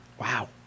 Wow